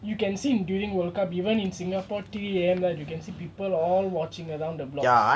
you can see during world cup even in singapore three A_M right you can see people all watching them round the blocks